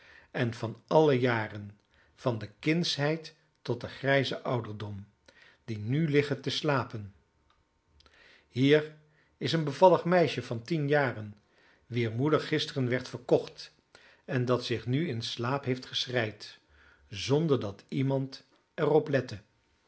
en van alle jaren van de kindsheid tot den grijzen ouderdom die nu liggen te slapen hier is een bevallig meisje van tien jaren wier moeder gisteren werd verkocht en dat zich nu in slaap heeft geschreid zonder dat iemand er op lette